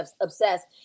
obsessed